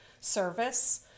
service